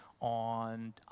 on